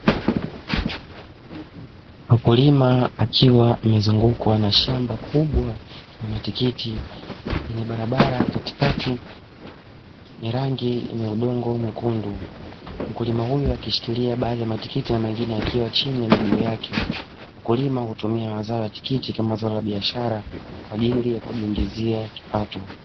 Mkulima akiwa amezungukwa na shamba kubwa la matikiti lenye barabara katikati yenye rangi yenye udongo mwekundu, mkulima huyo akishikilia baadhi ya matikiti na mengine yakiwa chini ya miguu yake. Mkulima hutumia zao la tikiti kama zao la biashara kwa ajili ya kujiingizia kipato.